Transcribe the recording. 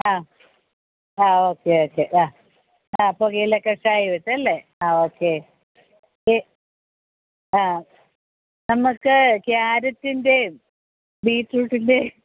ആ ആ okay okay ആ ആ പുകയില കഷായം ഇട്ടല്ലേ ആ ഓക്കെ ഏ ആ നമുക്ക് ക്യാരറ്റിൻറെയും ബീറ്റ്റൂട്ടിൻ്റെ